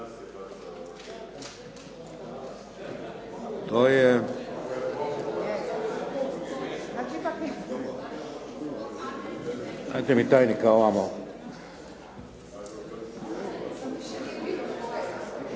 to je, dajte mi tajnika ovamo.